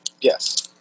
Yes